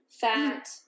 fat